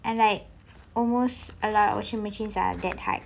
and like almost a lot of washing machines are that height